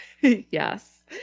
Yes